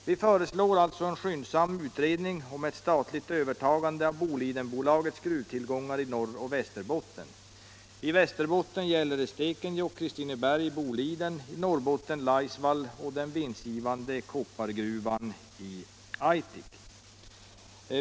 Vi föreslår en skyndsam utredning om statligt övertagande av Bo lidenbolagets gruvtillgångar i Norroch Västerbotten. I Västerbotten gäller det Stekenjokk, Kristineberg och Boliden, i Norrbotten Laisvall och den vinstgivande koppargruvan i Aitik.